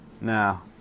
Now